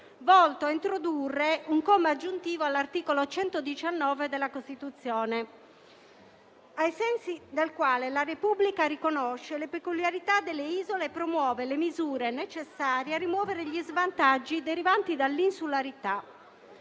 volto a introdurre un comma aggiuntivo all'articolo 119 della Costituzione, ai sensi del quale la Repubblica riconosce le peculiarità delle isole e promuove le misure necessarie a rimuovere gli svantaggi derivanti dall'insularità.